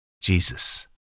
Jesus